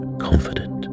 confident